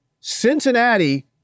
Cincinnati